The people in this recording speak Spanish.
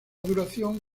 duración